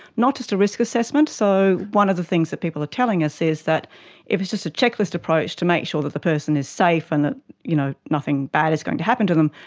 not just a risk assessment. so one of the things that people are telling us is that if it's just a checklist approach to make sure that the person is safe and that you know nothing bad is going to happen to them,